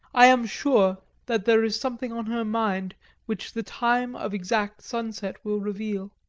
i am sure that there is something on her mind which the time of exact sunset will reveal.